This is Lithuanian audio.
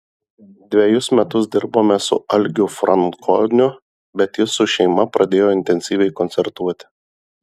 dvejus metus dirbome su algiu frankoniu bet jis su šeima pradėjo intensyviai koncertuoti